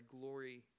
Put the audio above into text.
glory